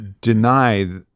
deny